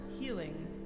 healing